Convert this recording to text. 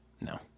No